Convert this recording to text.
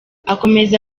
akomeza